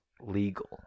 legal